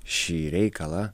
šį reikalą